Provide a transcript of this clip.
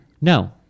No